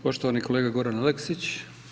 Poštovani kolega Goran Aleksić.